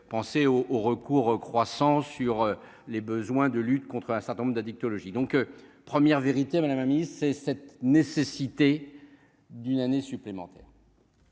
penser au au recours croissant sur les besoins de lutte contre un certain nombre d'addictologie donc première vérité mais la mamie c'est cette nécessité d'une année supplémentaire.